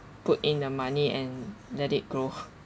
put in the money and let it grow